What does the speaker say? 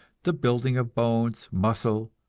the building of bones, muscle,